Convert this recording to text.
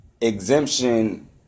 exemption